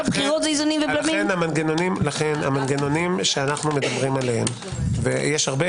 לכן המנגנונים שאנו מדברים עליהם ויש הרבה